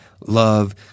love